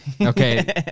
Okay